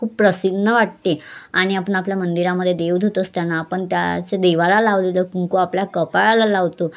खूप प्रसन्न वाटते आणि आपण आपल्या मंदिरामध्ये देव धुत असताना आपण त्याचं देवाला लावलेलं कुंकू आपल्या कपाळाला लावतो